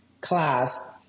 class